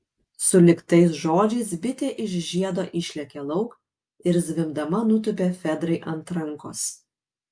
sulig tais žodžiais bitė iš žiedo išlėkė lauk ir zvimbdama nutūpė fedrai ant rankos